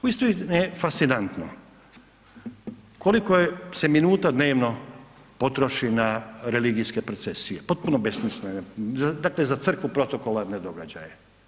Uistinu je fascinantno koliko se minuta dnevno potroši na religijske procesije, potpuno besmislen, dakle za Crkvu protokolarne događaje.